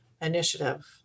initiative